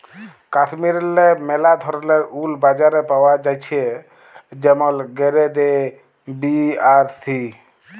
কাশ্মীরেল্লে ম্যালা ধরলের উল বাজারে পাওয়া জ্যাছে যেমল গেরেড এ, বি আর সি